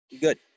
Good